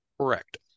Correct